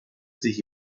sich